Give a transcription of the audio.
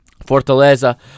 Fortaleza